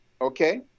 okay